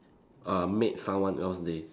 uh made someone else's day